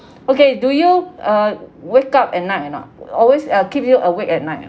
okay do you uh wake up at night or not always uh keep you awake at night ah